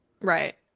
right